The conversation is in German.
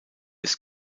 ist